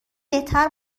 بهتر